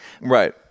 Right